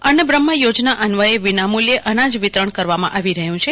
અન્નબ્રહમ યોજના અન્વયે વિના મુલ્યે અનાજ વિતરણ કરવામાં આવી રહયું છે